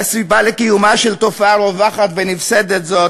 והסיבה לקיומה של תופעה רווחת ונפסדת זו,